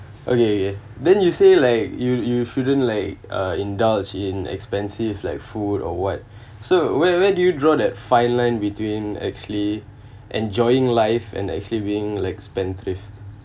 okay okay then you say like you you shouldn't like uh indulge in expensive like food or what so where where do you draw that fine line between actually enjoying life and actually being like spendthrift